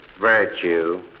Virtue